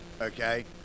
Okay